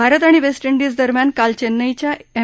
भारत आणि West Indies दरम्यान काल चस्तिईच्या एम